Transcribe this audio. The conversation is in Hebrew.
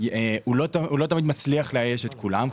הוא לא תמיד מצליח לאייש את כולם,